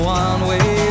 one-way